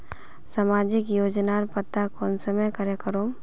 सामाजिक योजनार पता कुंसम करे करूम?